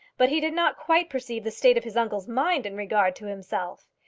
but he did not quite perceive the state of his uncle's mind in regard to himself.